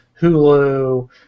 Hulu